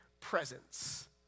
presence